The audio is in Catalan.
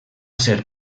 ser